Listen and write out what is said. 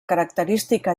característica